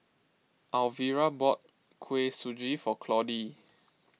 Alvira bought Kuih Suji for Claudie